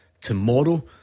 tomorrow